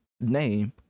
name